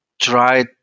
try